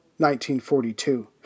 1942